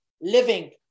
living